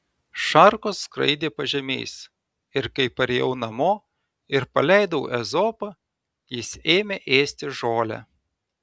šarkos skraidė pažemiais ir kai parėjau namo ir paleidau ezopą jis ėmė ėsti žolę